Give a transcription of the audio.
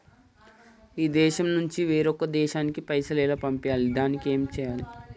ఈ దేశం నుంచి వేరొక దేశానికి పైసలు ఎలా పంపియ్యాలి? దానికి ఏం చేయాలి?